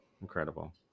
incredible